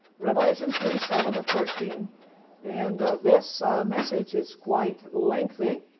revelation three seven to thirteen and this message is quite lengthy,